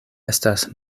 estas